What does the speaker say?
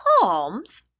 Palms